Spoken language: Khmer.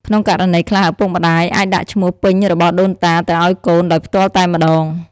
ក្នុងករណីខ្លះ ឪពុកម្តាយអាចដាក់ឈ្មោះពេញរបស់ដូនតាទៅឱ្យកូន ដោយផ្ទាល់តែម្តង។